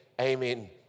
amen